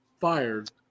fired